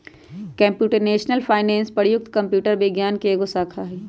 computational finance प्रयुक्त computer विज्ञान के एगो शाखा हइ